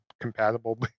compatible